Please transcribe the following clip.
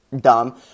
dumb